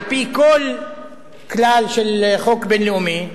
על-פי כל כלל של חוק בין-לאומי,